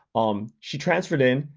um she transferred in,